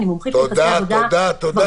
אני מומחית ליחסי עבודה -- תודה, תודה, תודה.